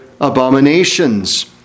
abominations